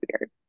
weird